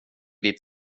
ditt